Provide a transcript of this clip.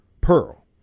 Pearl